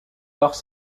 lors